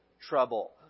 trouble